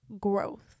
growth